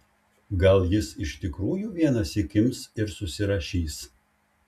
gal jis iš tikrųjų vienąsyk ims ir susirašys